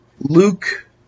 Luke